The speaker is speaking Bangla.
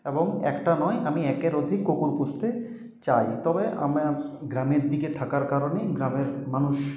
এবং একটা নয় আমি একের অধিক কুকুর পুষতে চাই তবে আমার গ্রামের দিকে থাকার কারণে গ্রামের মানুষ